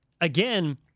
again